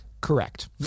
Correct